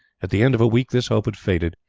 at the end of a week this hope had faded,